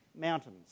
mountains